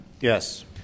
Yes